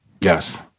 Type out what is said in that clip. Yes